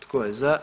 Tko je za?